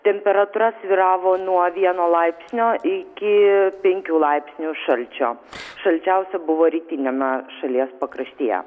temperatūra svyravo nuo vieno laipsnio iki penkių laipsnių šalčio šalčiausia buvo rytiniame šalies pakraštyje